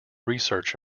research